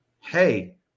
hey